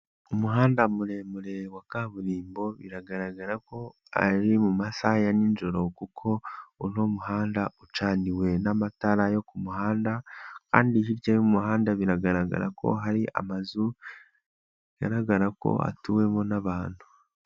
Umuhanda muremure wa kaburimbo biragaragara ko ari mu masaha ya nijoro kuko uno muhanda ucaniwe n'amatara yo ku muhanda kandi hirya y'umuhanda biragaragara ko hari amazu, bigaragara ko hatuwemo n'abantu.